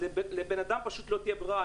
לבן אדם פשוט לא תהיה ברירה.